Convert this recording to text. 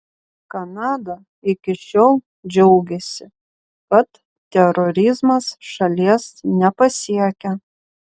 kanada iki šiol džiaugėsi kad terorizmas šalies nepasiekia